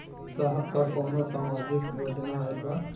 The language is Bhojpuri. साहब का कौनो सामाजिक योजना आईल बा?